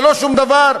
ללא שום דבר.